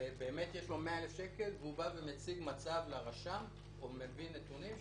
ובאמת יש להם 100,000 שקל והם מציגים מצב לרשם או מביאים נתונים,